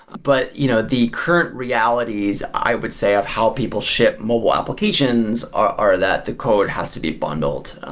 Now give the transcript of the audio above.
but you know the current realities i would say of how people ship mobile application are that the code has to be bundled.